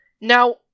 Now